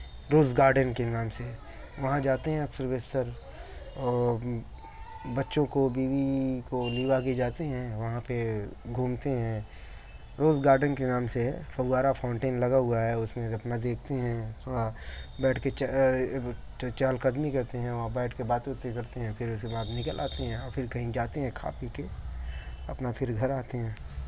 روز garden کے نام سے وہاں جاتے ہیں اکثر و بیشتر اور بچوں کو بیوی کو لیوا کے جاتے ہیں وہاں پہ گھومتے ہیں روز گارڈن کے نام سے ہے فوراہ فاونٹین لگا ہوا ہے اس میں اپنا دیکھتے ہیں وہاں تھوڑا بیٹھ کے چچ تھوڑا چہل قدمی کرتے ہیں بیٹھ کے باتیں واتیں کرتے ہیں پھر اس کے بعد نکل آتے ہیں اور پھر کہیں جاتے ہیں کھا پی کے اپنا پھر گھر آتے ہیں